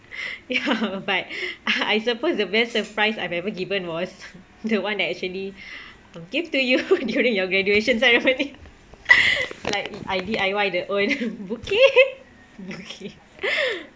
ya but I suppose the best surprise I've ever given was the one that actually gave to you during your graduation that's why it's funny like I D_I_Y the own bouquet bouquet